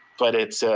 but it's,